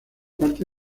parte